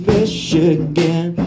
Michigan